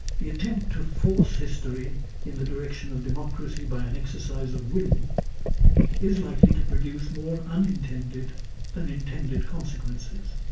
the attempt to force history in the direction of democracy by an exercise of will is likely to produce more unintended than intended consequences.